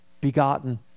begotten